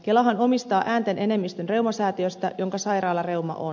kelahan omistaa äänten enemmistön reumasäätiöstä jonka sairaala reuma on